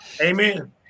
Amen